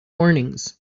warnings